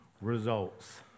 results